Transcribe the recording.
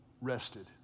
rested